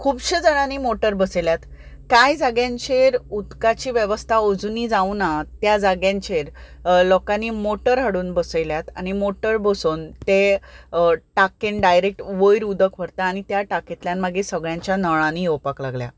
खुबशे जाणांनी मोटर बसयल्यात कांय जाग्यांचेर उदकाची वेवस्था अजुनीय जावुंना त्या जाग्यांचेर लोकांनी मोटर हाडून बसयल्यात आनी मोटर बसोवन ते टांकेन डायरेक्ट वयर उदक व्हरता आनी त्या टांक्येंतल्यान मागीर सगळ्यांच्या नळांनी येवपाक लागल्या